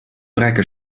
rijke